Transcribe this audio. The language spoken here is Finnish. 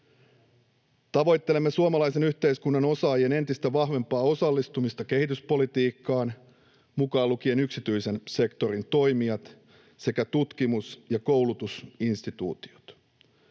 Tavoittelemme suomalaisen yhteiskunnan osaajien entistä vahvempaa osallistumista kehityspolitiikkaan, mukaan lukien yksityisen sektorin toimijat sekä tutkimus- ja koulutusinstituutiot.